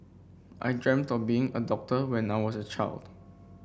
I dreamt of being a doctor when I was a child